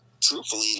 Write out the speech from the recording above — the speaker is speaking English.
truthfully